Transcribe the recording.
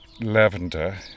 lavender